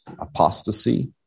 apostasy